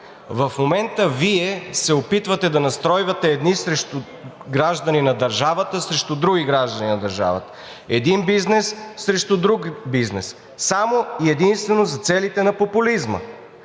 В момента Вие се опитвате да настройвате едни граждани на държавата срещу други граждани на държавата, един бизнес срещу друг бизнес само и единствено за целите на популизма.